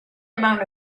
amount